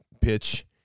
pitch